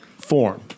form